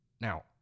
Now